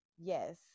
Yes